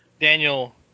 Daniel